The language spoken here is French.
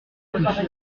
couvert